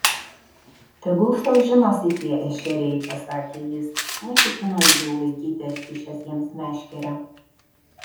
tegul sau žinosi tie ešeriai pasakė jis neketinu ilgiau laikyti atkišęs jiems meškerę